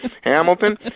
Hamilton